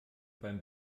beim